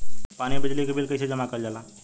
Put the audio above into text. पानी और बिजली के बिल कइसे जमा कइल जाला?